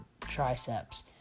triceps